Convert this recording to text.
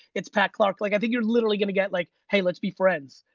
it's pat clark, like i think you're literally gonna get like, hey, let's be friends.